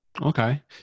okay